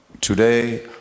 Today